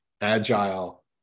agile